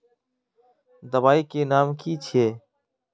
दबाई के नाम की छिए?